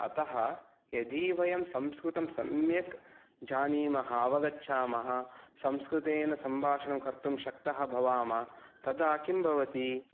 अतः यदि वयं संस्कृतं सम्यक् जानीमः अवगच्छामः संस्कृतेन संभाषणं कर्तुं शक्तः भवामः तदा किं भवति